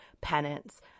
penance